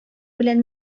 белән